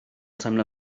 teimlo